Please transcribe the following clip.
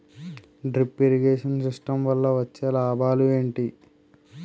Drip irrigation system వల్ల వచ్చే లాభాలు ఏంటి?